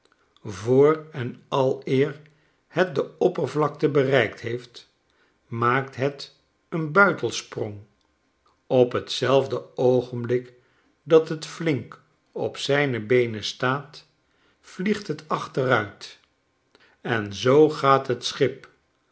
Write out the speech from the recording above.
voor en aleer het de oppervlakte bereikt heeft maakt het een buitelsprong op tzelfdeoogenblik dat het flink op zijn beenen staat vliegt het achteruit en zoo gaat het schip